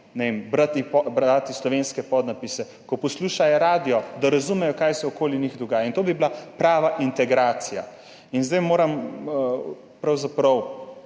brati slovenske podnapise, ko poslušajo radio, da razumejo, kaj se okoli njih dogaja. To bi bila prava integracija. Zdaj moram pravzaprav